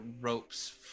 ropes